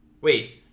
Wait